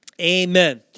Amen